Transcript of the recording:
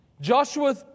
Joshua